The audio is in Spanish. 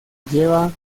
lleva